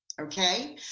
okay